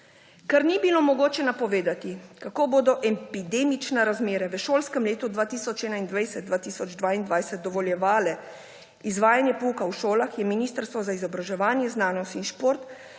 Ker ni bilo mogoče napovedati, kako bodo epidemične razmere v šolskem letu 2021/2022 dovoljevale izvajanje pouka v šolah, je Ministrstvo za izobraževanje, znanost in šport